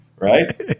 Right